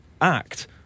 Act